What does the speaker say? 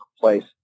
place